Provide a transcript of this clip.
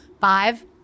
five